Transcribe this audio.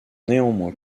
néanmoins